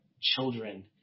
children